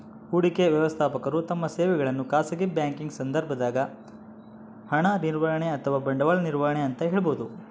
ಹೂಡಿಕೆ ವ್ಯವಸ್ಥಾಪಕರು ತಮ್ಮ ಸೇವೆಗಳನ್ನು ಖಾಸಗಿ ಬ್ಯಾಂಕಿಂಗ್ ಸಂದರ್ಭದಾಗ ಹಣ ನಿರ್ವಹಣೆ ಅಥವಾ ಬಂಡವಾಳ ನಿರ್ವಹಣೆ ಅಂತ ಹೇಳಬೋದು